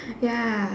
ya